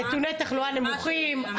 נתוני התחלואה נמוכים.